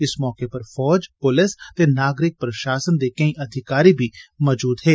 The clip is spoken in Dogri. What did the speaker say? इस मौके उप्पर फौज पुलस ते नागरिक प्रशासन दे केई अधिकारी बी मजूद हे